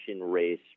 race